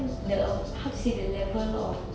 how to sit and apple